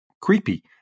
creepy